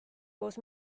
koos